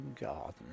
garden